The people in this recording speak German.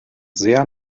sehr